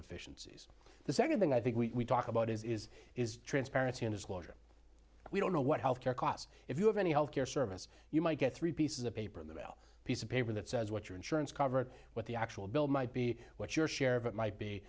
efficiencies the second thing i think we talk about is is transparency and disclosure we don't know what health care costs if you have any health care service you might get three pieces of paper in the mail piece of paper that says what your insurance covered what the actual bill might be what your share of it might be